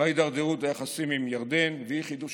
בהידרדרות היחסים עם ירדן ואי-חידוש